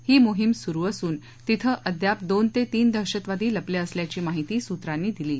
ही मोहीम सुरू असून तिथं अद्याप दोन ते तीन दहशतवादी लपले असल्याची माहिती सूत्रांनी दिली आहे